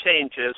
changes